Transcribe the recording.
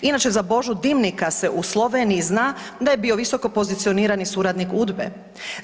Inače, za Božu Dimnika se u Sloveniji zna da je bio visoko pozicionirati suradnik UDBA-e.